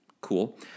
Cool